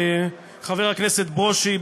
חבר הכנסת ברושי,